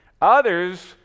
Others